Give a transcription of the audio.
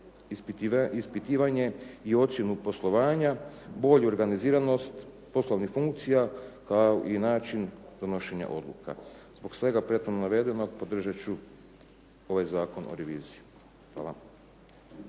ispitivanje i ocjenu poslovanja, bolju organiziranost poslovnih funkcija kao i način donošenja odluka. Zbog svega prethodno navedenog podržat ću ovaj Zakon o reviziji. Hvala.